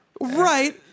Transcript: Right